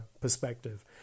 perspective